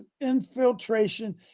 infiltration